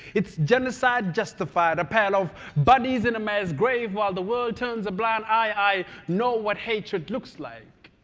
it's genocide justified. a pile of bodies in a mass grave, while the world turns a blind eye. i know what hatred looks like.